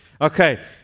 Okay